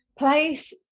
place